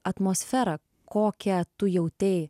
atmosferą kokią tu jautei